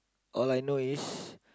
all I know is